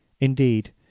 Indeed